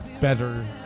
better